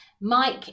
Mike